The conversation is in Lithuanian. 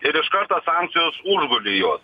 ir iš karto sankcijos užgulė juos